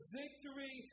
victory